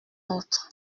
autre